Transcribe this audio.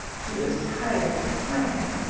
she was tired, tired.